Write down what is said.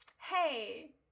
hey